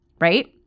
right